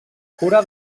cura